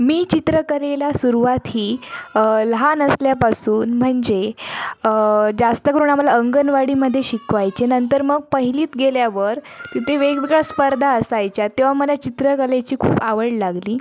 मी चित्रकलेला सुरुवात ही लहान असल्यापासून म्हणजे जास्त करून आम्हाला अंगणवाडीमध्ये शिकवायचे नंतर मग पहिलीत गेल्यावर तिथे वेगवेगळ्या स्पर्धा असायच्या तेव्हा मला चित्रकलेची खूप आवड लागली